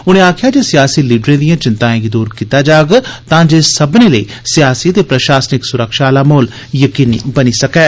उनें आखेआ जे सियासी लीडरें दिए चैंताएं गी दूर कीता जाग तांजे सब्मनें लेई सियासी ते प्रशासनिक सुरक्षा आह्ला म्हौल यकीनी बनी सकै